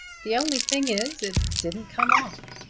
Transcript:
the only thing is, it didn't come off.